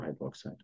hydroxide